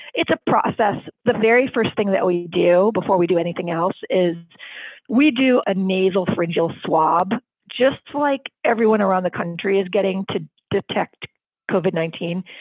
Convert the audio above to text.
it's a process. the very first thing that we do before we do anything else is we do a navel pharyngeal swab just like everyone around the country is getting to detect coba nineteen.